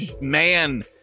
man